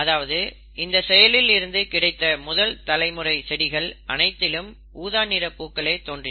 அதாவது இந்த செயலில் இருந்து கிடைத்த முதல் தலைமுறை செடிகள் அனைத்திலும் ஊதா நிற பூக்களே தோன்றின